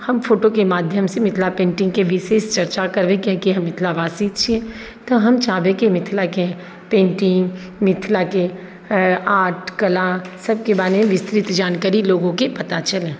हम फोटोके माध्यम से मिथिला पेन्टिङ्गके विशेष चर्चा करबै किआकि हम मिथिलावासी छियै तऽ हम चाहबै कि मिथिलाके पेन्टिङ्ग मिथिलाके आर्ट कला सभकेँ बारेमे विस्तृत जानकारी लोगोकेँ पता चलै